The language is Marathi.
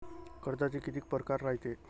कर्जाचे कितीक परकार रायते?